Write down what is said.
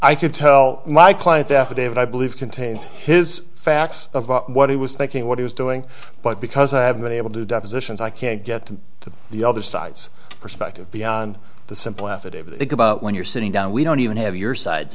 i could tell my clients affidavit i believe contains his facts of what he was thinking what he was doing but because i have been able to depositions i can't get to the other side's perspective beyond the simple affidavit about when you're sitting down we don't even have your side